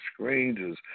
strangers